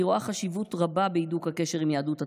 אני רואה חשיבות רבה בהידוק הקשר עם יהדות התפוצות,